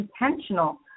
intentional